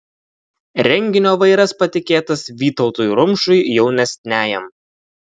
renginio vairas patikėtas vytautui rumšui jaunesniajam